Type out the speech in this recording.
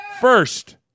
First